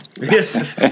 yes